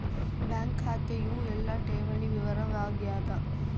bank ಖಾತೆಯು ಎಲ್ಲ ಠೇವಣಿ ವಿವರ ವಾಗ್ಯಾದ